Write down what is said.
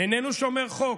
איננו שומר חוק,